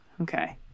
Okay